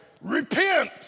Repent